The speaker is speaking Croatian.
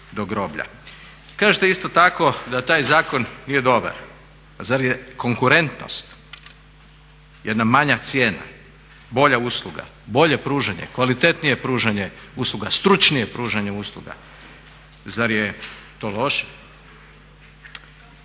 Kažete isto tako da taj zakon nije dobar, pa zar je konkurentnost jedna manja cijena, bolja usluga, bolje pružanje, kvalitetnije pružanje usluga, stručnije pružanje usluga zar je to loše?